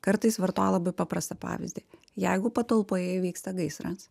kartais vartoju labai paprastą pavyzdį jeigu patalpoje įvyksta gaisras